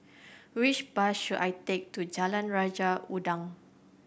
which bus should I take to Jalan Raja Udang